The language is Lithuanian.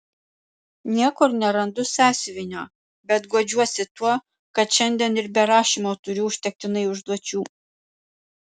niekur nerandu sąsiuvinio bet guodžiuosi tuo kad šiandien ir be rašymo turiu užtektinai užduočių